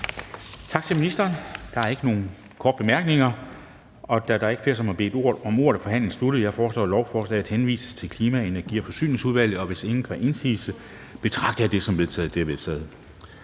Tak til ministeren. Der er ikke nogen korte bemærkninger. Da der ikke er flere, som har bedt om ordet, er forhandlingen sluttet. Jeg foreslår, at lovforslaget henvises til Klima-, Energi- og Forsyningsudvalget. Hvis ingen gør indsigelse, betragter jeg det som vedtaget. Det er vedtaget.